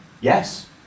Yes